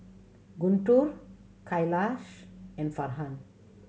Guntur Khalish and Farhan